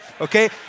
Okay